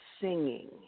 singing